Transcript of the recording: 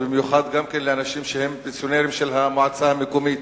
ובמיוחד לאנשים שהם פנסיונרים של המועצה המקומית,